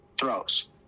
throws